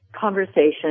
conversation